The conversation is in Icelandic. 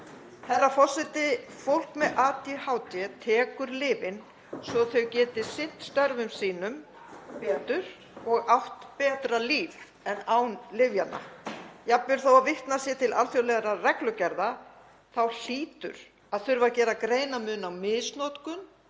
Herra forseti. Fólk með ADHD tekur lyfin svo það geti sinnt störfum sínum betur og átt betra líf en án lyfjanna. Jafnvel þó að vitnað sé til alþjóðlegra reglugerða þá hlýtur að þurfa að gera greinarmun á misnotkun